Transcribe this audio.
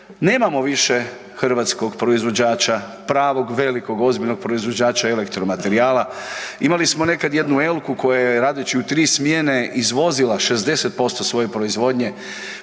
Nemamo više hrvatskog proizvođača pravog, velikog, ozbiljnog proizvođača elektro-materijala. Imali smo nekada jednu Elku koja je radeći u 3 smjene izvozila 60% svoje proizvodnje